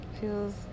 feels